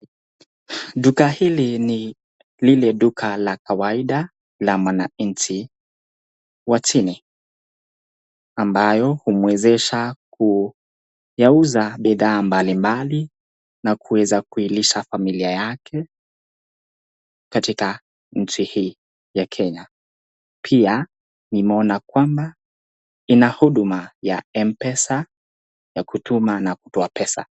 Duka hili ni lile duka la kawaida la mwananchi wa chini ambayo humuezesha kuyauza bidhaa mbali mbali na kuweza kuilisha familia yake katika nchi hii ya Kenya. Pia nimeona kwamba ina huduma ya m-pesa, ya kutuma na kutoa pesa.